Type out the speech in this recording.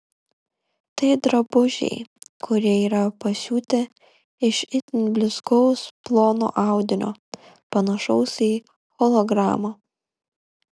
tai drabužiai kurie yra pasiūti iš itin blizgaus plono audinio panašaus į hologramą